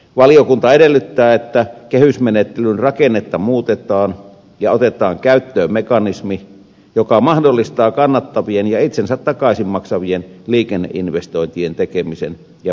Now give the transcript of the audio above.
valiokunta edellyttää että kehysmenettelyn rakennetta muutetaan ja otetaan käyttöön mekanismi joka mahdollistaa kannattavien ja itsensä takaisin maksavien liikenneinvestointien tekemisen ja välitarkastelun